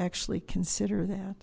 actually consider that